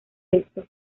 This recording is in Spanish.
eso